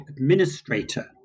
administrator